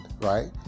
right